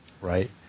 Right